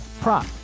prop